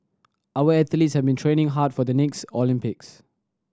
our athletes have been training hard for the next Olympics